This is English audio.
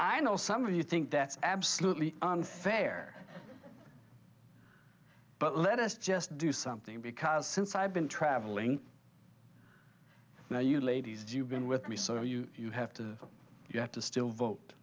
i know some of you think that's absolutely unfair but let us just do something because since i've been traveling now you ladies you've been with me so you you have to you have to still